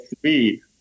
three